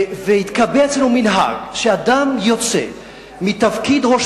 והתקבע אצלנו מנהג שאדם יוצא מתפקיד ראש